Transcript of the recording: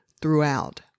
throughout